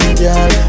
girl